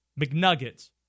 McNuggets